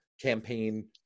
campaign